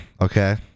Okay